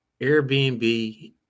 Airbnb